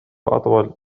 أطول